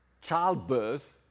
childbirth